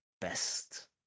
best